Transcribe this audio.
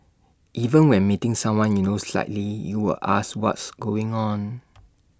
even when meeting someone you know slightly you would ask what's going on